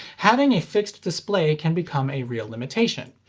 having a fixed display can become a real limitation,